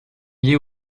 liés